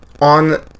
on